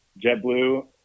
JetBlue